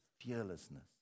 fearlessness